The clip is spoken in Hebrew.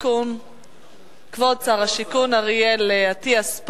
כבוד שר השיכון אריאל אטיאס.